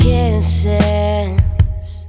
Kisses